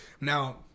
Now